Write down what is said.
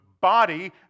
body